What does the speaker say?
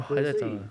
没有所以